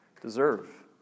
deserve